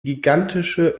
gigantische